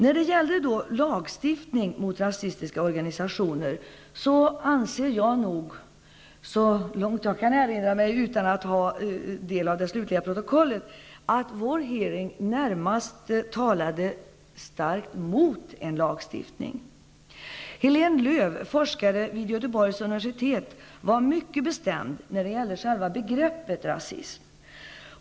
När det gäller lagstiftning mot rasistiska organisationer anser jag, så långt jag kan erinra mig utan att ha det slutliga protokollet, att vår hearing närmast talade starkt mot en sådan lagstiftning. Helene Lööw, forskare vid Göteborgs universitet, var mycket bestämd när det gällde själva begreppet rasism.